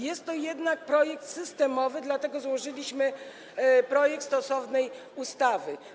Jest to jednak projekt systemowy, dlatego złożyliśmy projekt stosownej ustawy.